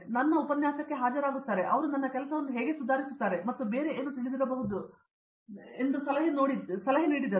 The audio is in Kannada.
ನನ್ನ ಉಪನ್ಯಾಸಕ್ಕೆ ಹಾಜರಾಗುತ್ತಾರೆ ಮತ್ತು ಅವರು ನನ್ನ ಕೆಲಸವನ್ನು ಹೇಗೆ ಸುಧಾರಿಸುತ್ತಾರೆ ಮತ್ತು ಬೇರೆ ಏನು ತಿಳಿದಿರಬಹುದೆಂದು ನಾನು ನೋಡಬೇಕು ಎಂದು ಸಲಹೆ ನೀಡಿದರು